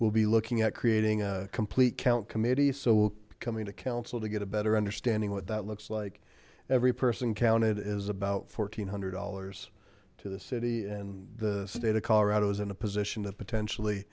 we'll be looking at creating a complete count committee so coming to council to get a better understanding what that looks like every person counted is about one four hundred dollars to the city and the state of colorado is in a position to potentially